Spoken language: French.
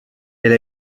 elle